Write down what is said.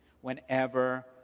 Whenever